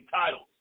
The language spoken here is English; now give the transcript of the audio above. titles